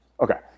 Okay